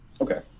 Okay